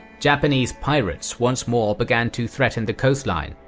japanese pirates once more began to threaten the coast line,